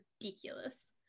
ridiculous